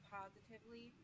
positively